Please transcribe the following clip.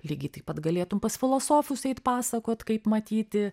lygiai taip pat galėtum pas filosofus eit pasakot kaip matyti